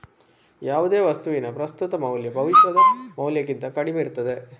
ಯಾವುದೇ ವಸ್ತುವಿನ ಪ್ರಸ್ತುತ ಮೌಲ್ಯ ಭವಿಷ್ಯದ ಮೌಲ್ಯಕ್ಕಿಂತ ಕಡಿಮೆ ಇರ್ತದೆ